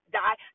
die